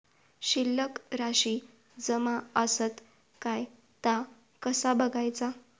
शिल्लक राशी जमा आसत काय ता कसा बगायचा?